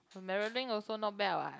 marilyn also not bad what